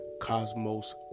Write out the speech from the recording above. cosmos